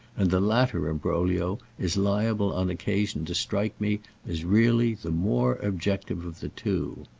and the latter imbroglio is liable on occasion to strike me as really the more objective of the two.